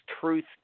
truth